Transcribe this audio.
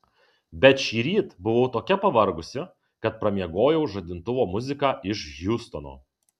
bet šįryt buvau tokia pavargusi kad pramiegojau žadintuvo muziką iš hjustono